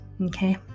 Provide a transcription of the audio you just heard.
okay